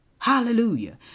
Hallelujah